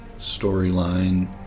storyline